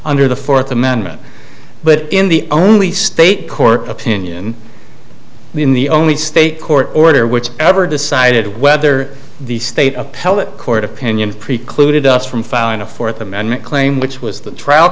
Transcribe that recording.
under the fourth amendment but in the only state court opinion in the only state court order which ever decided whether the state appellate court opinion precluded us from filing a fourth amendment claim which was the trial